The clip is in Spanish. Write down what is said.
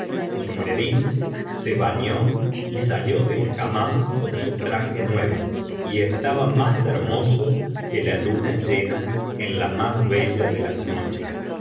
y nureddin se bañó y salió del hammam con su traje nuevo y estaba más hermoso que la luna llena en la más bella de las noches